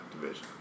division